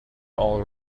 all